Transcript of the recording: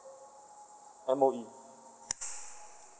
M_O_E